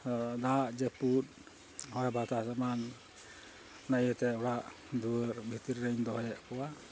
ᱫᱟᱜ ᱡᱟᱹᱯᱩᱫ ᱦᱚᱭ ᱵᱟᱛᱟᱥ ᱮᱢᱟᱱ ᱚᱱᱟ ᱤᱭᱟᱹᱛᱮ ᱚᱲᱟᱜ ᱫᱩᱣᱟᱹᱨ ᱵᱷᱤᱛᱤᱨ ᱨᱮᱧ ᱫᱚᱦᱚᱭᱮᱫ ᱠᱚᱣᱟ